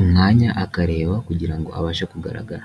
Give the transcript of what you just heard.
umwanya akareba kugira ngo abashe kugaragara.